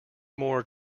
more